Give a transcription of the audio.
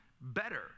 better